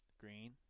Green